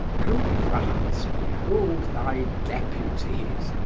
oh, france, behold thy deputies!